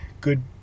good